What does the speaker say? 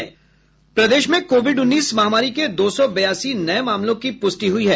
प्रदेश में कोविड उन्नीस महामारी के दो सौ बयासी नये मामलों की पुष्टि हुई है